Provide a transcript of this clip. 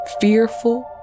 fearful